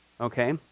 okay